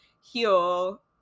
heal